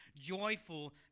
joyful